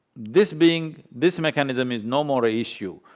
this being, this mechanism is no more a issue.